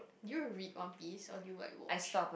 you read One-Piece or you like watch